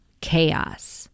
chaos